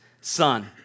son